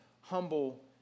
humble